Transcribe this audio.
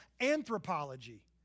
anthropology